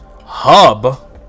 Hub